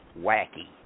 wacky